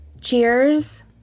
cheers